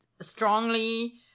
strongly